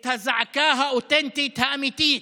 את הזעקה האותנטית האמיתית